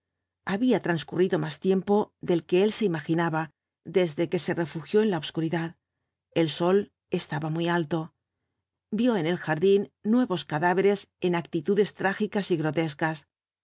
había transcurrido más tiempo del que él se imaginaba desde que se refugió en la obscuridad el sol estaba muy alto vio en el jardín nuevos cadáveres en actitudes trágicas y grotescas